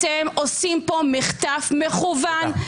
אתם עושים פה מחטף מכוון.